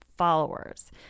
followers